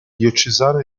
diocesano